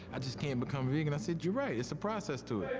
i just can't become vegan. i said, you're right. it's a process to